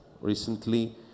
recently